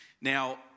Now